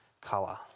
color